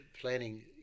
planning